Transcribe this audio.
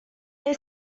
they